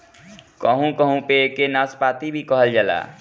कहू कहू पे एके नाशपाती भी कहल जाला